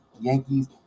Yankees